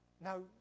Now